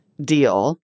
deal